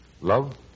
love